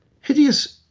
hideous